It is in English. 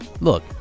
Look